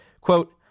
quote